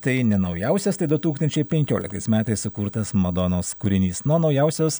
tai ne naujausias tai du tūkstančiai penkioliktais metais sukurtas madonos kūrinys na o naujausios